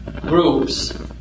groups